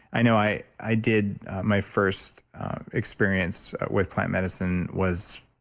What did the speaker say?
i know i i did my first experience with plant medicine was,